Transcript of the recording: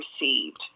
received